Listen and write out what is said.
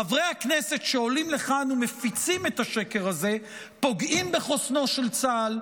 חברי הכנסת שעולים לכאן ומפיצים את השקר הזה פוגעים בחוסנו של צה"ל,